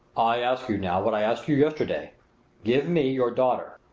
i ask you now what i asked you yesterday give me your daughter!